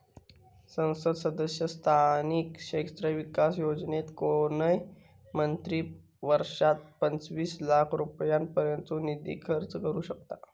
संसद सदस्य स्थानिक क्षेत्र विकास योजनेत कोणय मंत्री वर्षात पंचवीस लाख रुपयांपर्यंतचो निधी खर्च करू शकतां